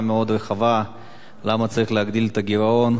מאוד רחבה למה צריך להגדיל את הגירעון,